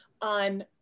on